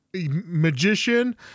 magician